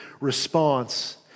response